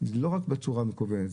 לא רק בצורה מקוונת,